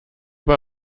bei